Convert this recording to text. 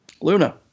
Luna